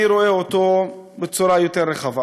אני רואה אותו בצורה יותר רחבה.